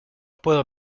puedo